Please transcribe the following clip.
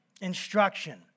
instruction